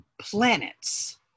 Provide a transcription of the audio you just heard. planets